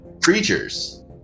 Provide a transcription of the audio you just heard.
Creatures